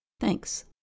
Thanks